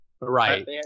Right